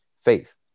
faith